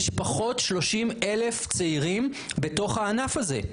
יש פחות 30 אלף צעירים בתוך הענף הזה.